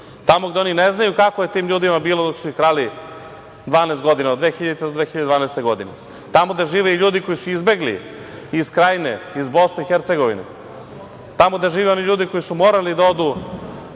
tamo gde oni ne znaju kako je tim ljudima bilo dok su ih krali 12 godina, od 2000. do 2012. godine, tamo gde žive i ljudi koji su izbegli iz Krajine, iz Bosne i Hercegovine, tamo gde žive oni ljudi koji su morali da odu